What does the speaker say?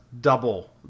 Double